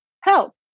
help